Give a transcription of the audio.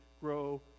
grow